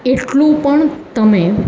એટલું પણ તમે